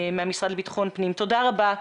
תודה רבה.